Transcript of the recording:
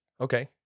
Okay